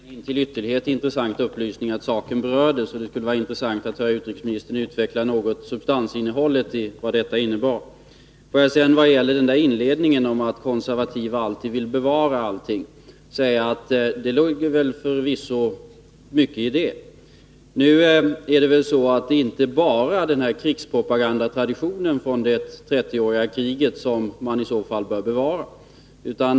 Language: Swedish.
Herr talman! Det var en till ytterlighet intressant upplysning att saken berördes. Det skulle vara intressant att höra utrikesministern något utveckla substansinnehållet i vad det innebar. Får jag sedan vad gäller inledningen om att konservativa alltid vill bevara allting säga: Det ligger förvisso mycket i det. Men det är väl inte bara krigspropagandatraditionen från det 30-åriga kriget som i så fall bör bevaras.